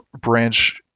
branch